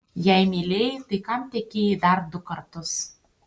jei mylėjai tai kam tekėjai dar du kartus